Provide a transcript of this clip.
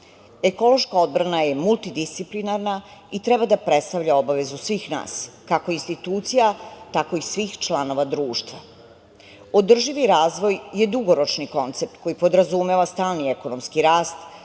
Ekološka odbrana je multidisciplinarna i treba da predstavlja obavezu svih nas, kako institucija, tako i svih članova društva. Održivi razvoj je dugoročni koncept koji podrazumeva stalni ekonomski rast,